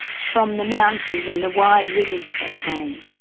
from the mountains and the wide rivers they came.